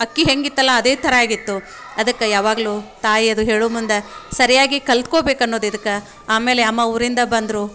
ಅಕ್ಕಿ ಹೆಂಗೆ ಇತ್ತಲ್ಲ ಅದೇ ಥರ ಆಗಿತ್ತು ಅದಕ್ಕೆ ಯಾವಾಗ್ಲೂ ತಾಯಿ ಅದು ಹೇಳೋ ಮುಂದೆ ಸರಿಯಾಗಿ ಕಲ್ತ್ಕೊಳ್ಬೇಕು ಅನ್ನೋದು ಎದಕ್ಕೆ ಆಮೇಲೆ ಅಮ್ಮ ಊರಿಂದ ಬಂದರು